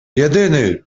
jedyny